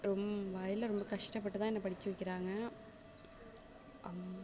ரொம்ப வயலில் ரொம்ப கஷ்டப்பட்டு தான் என்ன படிக்க வைக்கிறாங்க அவங்